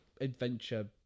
adventure